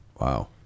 wow